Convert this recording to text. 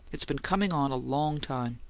it's been coming on a long time.